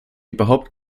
überhaupt